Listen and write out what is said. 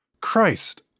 Christ